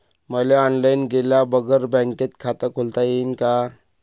मले ऑनलाईन गेल्या बगर बँकेत खात खोलता येईन का?